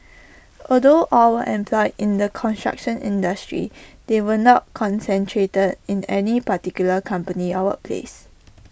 although all were employed in the construction industry they were not concentrated in any particular company or workplace